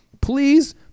Please